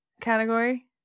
category